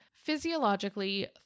Physiologically